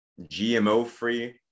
GMO-free